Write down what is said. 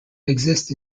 exist